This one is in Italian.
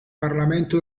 parlamento